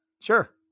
Sure